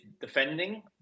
defending